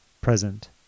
present